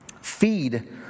feed